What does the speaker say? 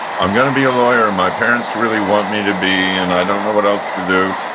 i'm going to be a lawyer. my parents really want me to be, and i don't know what else to do,